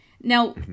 Now